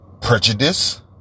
prejudice